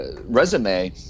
resume –